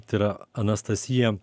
tai yra anastasija